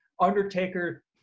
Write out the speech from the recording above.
undertaker